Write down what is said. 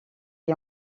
est